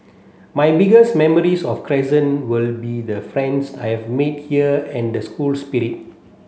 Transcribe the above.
my biggest memories of Crescent will be the friends I've made here and the school spirit